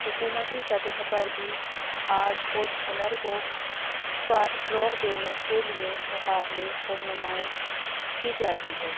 حکومتی سطح پر بھی آرٹ اور ہنر کو فروغ دینے کے لیے مقابلے اور نمائش کی جاتی ہے